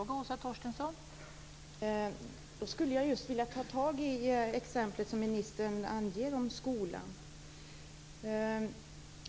Fru talman! Jag skulle vilja ta tag i exemplet med skolan som ministern gav.